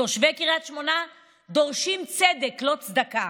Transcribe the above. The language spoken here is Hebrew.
תושבי קריית שמונה דורשים צדק, לא צדקה,